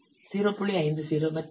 50 மற்றும் PREX பெயரளவு 1